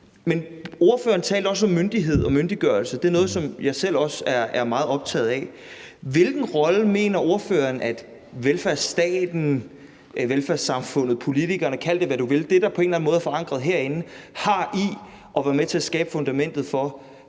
Men ordføreren talte også om myndighed og myndiggørelse; det er noget, som jeg også selv er meget optaget af. Hvilken rolle mener ordføreren at velfærdsstaten, velfærdssamfundet, politikerne – kald det, hvad du vil – altså det, der er på en eller anden måde er forankret herinde, har i at være med til at skabe fundamentet for